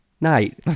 night